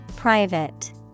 private